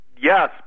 Yes